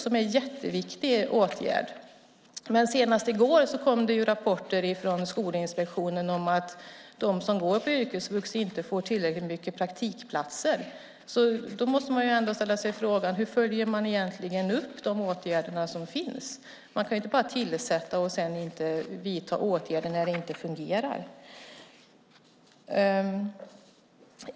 Det är en jätteviktig åtgärd, men senast i går kom rapporter från Skolinspektionen om att de som går på yrkesvux inte får tillräckligt med praktikplatser. Då måste vi ändå ställa oss frågan hur man egentligen följer upp de åtgärder som finns. Man kan inte bara tillsätta och sedan inte vidta åtgärder när det inte fungerar.